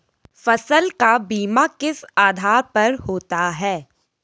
फसल का बीमा किस आधार पर होता है?